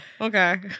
okay